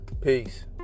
peace